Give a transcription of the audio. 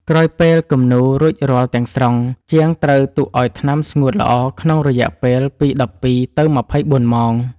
ក្រោយពេលគំនូររួចរាល់ទាំងស្រុង ជាងត្រូវទុកឱ្យថ្នាំស្ងួតល្អក្នុងរយៈពេលពី ១២ ទៅ ២៤ ម៉ោង។